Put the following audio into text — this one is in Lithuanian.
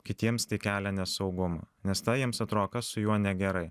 kitiems tai kelia nesaugumą nes tai jiems atrodo kas su juo negerai